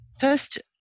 First